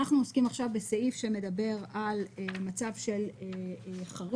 אנחנו עוסקים עכשיו בסעיף שמדבר על מצב של חריג,